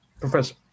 Professor